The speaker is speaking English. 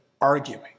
arguing